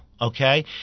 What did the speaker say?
okay